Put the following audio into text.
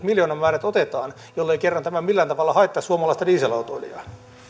miljoonamäärät otetaan jollei kerran tämä millään tavalla haittaa suomalaista dieselautoilijaa